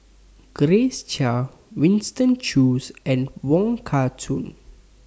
Grace Chia Winston Choos and Wong Kah Chun